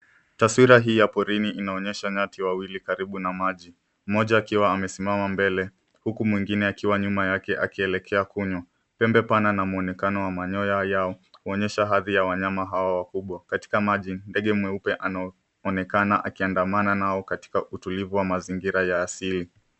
Taswira hii ya porini inaonyesha nyati wawili karibu na maji. Mmoja akiwa amesimama mbele huku mwingine akiwa nyuma yake akielekea kunywa. Pembe pana na mwonekano wa manyoya yao ukionyesha hadhi ya wanyama hao wakubwa. Katika maji, ndege mweupe anaonekana akiandamana nao katika utulivu wa mazingira ya asili.